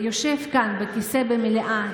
ויושב כאן בכיסא במליאה,